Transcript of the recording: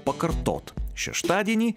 pakartot šeštadienį